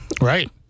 right